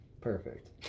Perfect